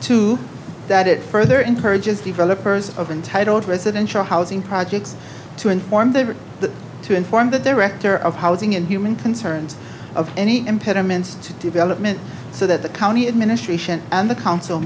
too that it further encourages developers of untitled residential housing projects to inform they were to inform the director of housing and human concerns of any impediments to development so that the county administration and the co